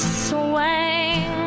swing